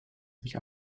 sich